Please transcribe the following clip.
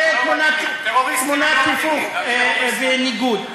זו תמונת היפוך וניגוד.